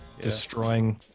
destroying